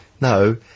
no